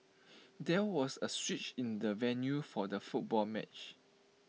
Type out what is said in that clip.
there was A switch in the venue for the football match